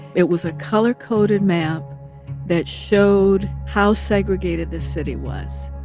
it was a color-coded map that showed how segregated this city was.